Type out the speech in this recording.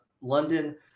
London